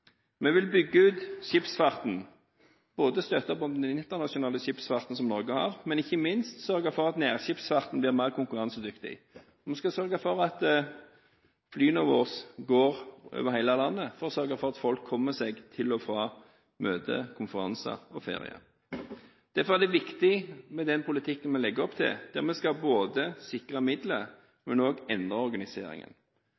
Vi vil bygge ut skipsfarten, støtte opp om den internasjonale skipsfarten som Norge har, og ikke minst sørge for at nærskipsfarten blir mer konkurransedyktig. Vi skal sørge for at flyene våre går over hele landet, slik at folk kommer seg til og fra møter, konferanser og ferier. Derfor er det viktig med den politikken vi legger opp til, der vi både skal sikre midler